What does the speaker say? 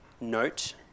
Note